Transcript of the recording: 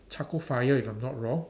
charcoal fire if I'm not wrong